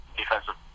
defensive